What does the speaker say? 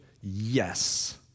yes